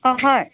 অঁ হয়